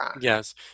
Yes